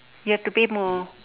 you have to pay more